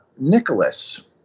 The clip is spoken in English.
Nicholas